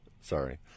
Sorry